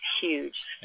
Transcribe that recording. huge